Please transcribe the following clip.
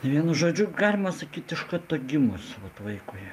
vienu žodžiu galima sakyti iš karto gimus vaikui